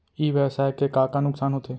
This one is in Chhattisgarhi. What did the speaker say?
ई व्यवसाय के का का नुक़सान होथे?